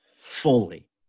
fully